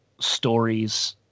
stories